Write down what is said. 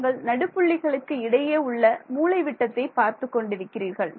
நீங்கள் நடு புள்ளிகளுக்கு இடையே உள்ள மூலை விட்டத்தை பார்த்துக் கொண்டிருக்கிறீர்கள்